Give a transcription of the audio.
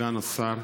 סגן השר,